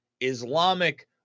islamic